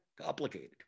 complicated